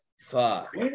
Fuck